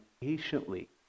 patiently